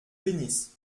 bénisse